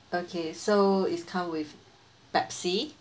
okay so is come with Pepsi